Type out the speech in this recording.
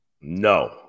No